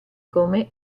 come